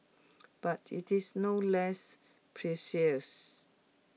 but IT is no less precious